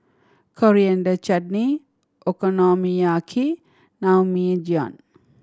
Coriander Chutney Okonomiyaki Naengmyeon